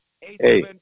Hey